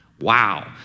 Wow